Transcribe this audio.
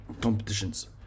competitions